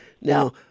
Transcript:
Now